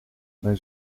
mijn